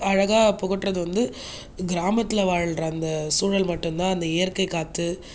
அழகாக புகட்டுகிறது வந்து கிராமத்தில் வாழ்கிற அந்த சூழல் மட்டும் தான் அந்த இயற்கை காற்று